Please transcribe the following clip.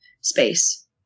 space